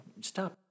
Stop